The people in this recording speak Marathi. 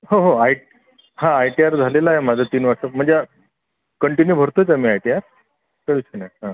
हो हो आय ट हां आय टी आर झालेलं आहे माझं तीन वर्ष म्हणजे आ कन्टिन्यू भरतोच आहे मी आ टी आर सर्विस पण आहे हां